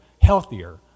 healthier